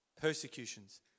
persecutions